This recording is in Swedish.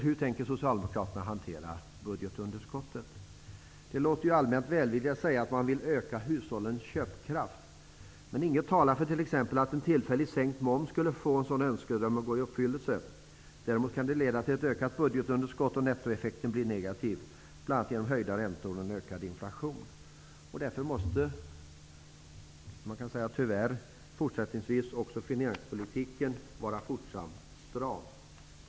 Hur tänker socialdemokraterna hantera budgetunderskottet? Det låter allmänt välvilligt att säga att man vill öka hushållens köpkraft. Men inget talar t.ex. för att en tillfälligt sänkt moms skulle få en sådan önskedröm att gå i uppfyllelse. Däremot kan det leda till ett ökat budgetunderskott, och nettoeffekten blir negativ, bl.a. genom höjda räntor och en ökad inflation. Därför måste finanspolitiken tyvärr även fortsättningsvis vara stram.